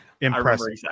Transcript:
impressive